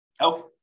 Okay